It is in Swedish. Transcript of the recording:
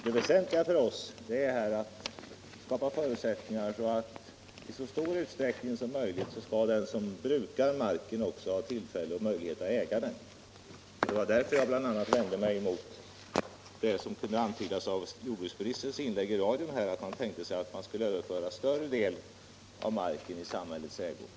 Det väsentliga för oss är att skapa förutsättningar för att den som brukar marken också skall ha tillfälle att äga den i så stor utsträckning som möjligt. Det var bl.a. därför jag vände mig mot det som kunde intolkas i jordbruksministerns inlägg i radio, att större delen av marken skall vara i samhällets ägo.